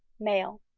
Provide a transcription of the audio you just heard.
male.